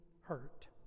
hurt